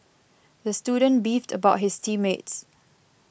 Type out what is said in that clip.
the student beefed about his team mates